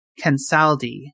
Kensaldi